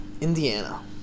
Indiana